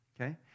Okay